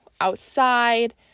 outside